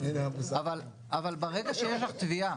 אבל ברגע שיש לך תביעה